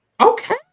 Okay